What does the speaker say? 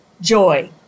joy